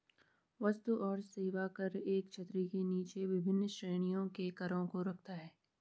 वस्तु और सेवा कर एक छतरी के नीचे विभिन्न श्रेणियों के करों को रखता है